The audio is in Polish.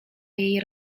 jej